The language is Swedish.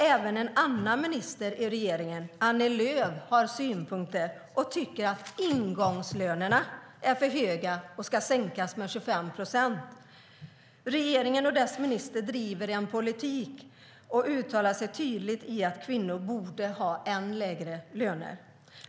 Även en annan minister i regeringen, Annie Lööf, har synpunkter och tycker att ingångslönerna är för höga och ska sänkas med 25 procent. Regeringen och dess minister driver en politik och uttalar sig tydligt om att kvinnor borde ha än lägre löner.